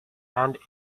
and